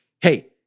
Hey